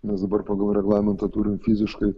nes dabar pagal reglamentą turim fiziškai